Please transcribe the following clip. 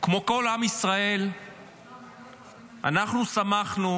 כמו כל עם ישראל אנחנו שמחנו